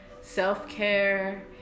self-care